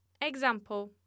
Example